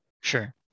sure